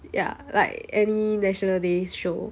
ya like any national day's show